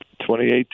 2018